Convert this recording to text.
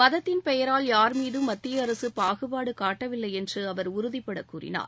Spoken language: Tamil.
மதத்தின் பெயரால் யார் மீதம் மத்திய அரசு பாகுபாடு காட்டவில்லை என்று அவர் உறுதிபட கூறினார்